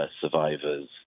survivors